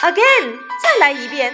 Again,再来一遍。